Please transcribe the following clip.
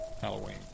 Halloween